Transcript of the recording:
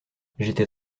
j’étais